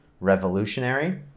revolutionary